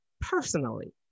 personally